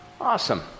Awesome